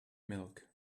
milk